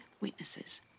witnesses